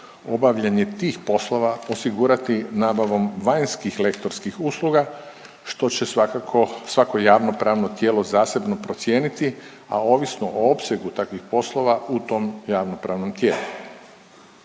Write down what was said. obavljanje tih poslova osigurati nabavom vanjskih lektorskih usluga što će svakako svako javnopravno tijelo zasebno procijeniti, a ovisno o opsegu takvih poslova u tom javnopravnom tijelu.